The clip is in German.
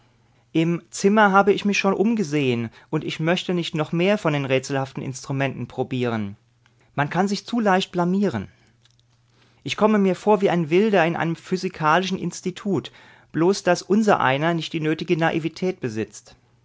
im zimmer habe ich mich schon umgesehen und ich möchte nicht noch mehr von den rätselhaften instrumenten probieren man kann sich zu leicht blamieren ich komme mir vor wie ein wilder in einem physikalischen institut bloß daß unsereiner nicht die nötige naivität besitzt